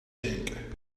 thing